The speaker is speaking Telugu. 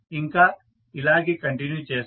ఇంకా ఇలాగే కంటిన్యూ చేస్తాము